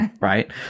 right